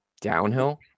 downhill